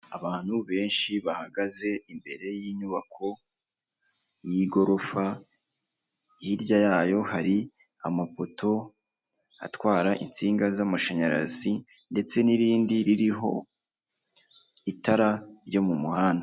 Abantu benshi bahagaze imbere y'inyubako y'igorofa, hirya yayo hari amapoto atwara insinga z'amashanyarazi ndetse n'irindi ririho itara ryo mu muhanda.